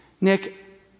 Nick